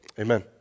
amen